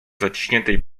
zaciśniętej